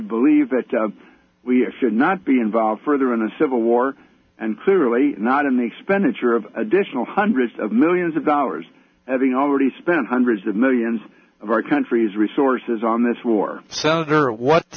believe that we should not be involved further in the civil war and clearly not in the expenditure of additional hundreds of millions of dollars having already spent hundreds of millions of our country's resources on this war s